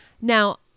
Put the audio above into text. Now